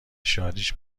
شادیش